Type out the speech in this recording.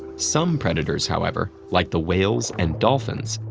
some predators, however, like the whales and dolphins,